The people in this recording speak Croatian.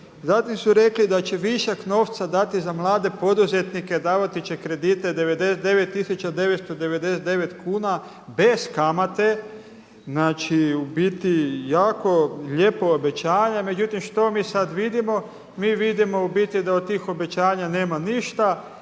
Zatim su rekli da će višak novca dati za mlade poduzetnike davati će kredite 99 tisuća 999 kuna bez kamate, znači u biti jako lijepo obećanje. Međutim što mi sada vidimo? Mi vidimo u biti da od tih obećanja nema ništa,